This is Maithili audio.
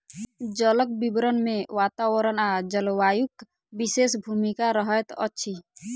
जलक वितरण मे वातावरण आ जलवायुक विशेष भूमिका रहैत अछि